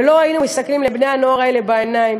ולא היינו מסתכלים לבני-הנוער האלה בעיניים